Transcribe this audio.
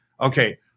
Okay